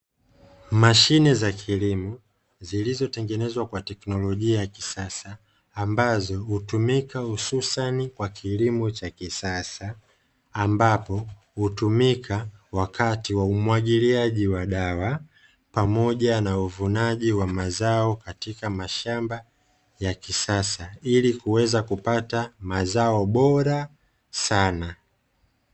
Mashine za kilimo, zilizotengenezwa kwa teknolojia ya kisasa, ambazo hutumika hususan kwa kilimo cha kisasa, ambapo hutumika wakati wa umwagiliaji wa dawa, pamoja na uvunaji wa mazao katika mashamba ya kisasa, ili kuweza kupata mazao bora sana.